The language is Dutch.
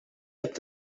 heb